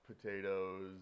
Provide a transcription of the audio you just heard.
Potatoes